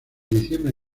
diciembre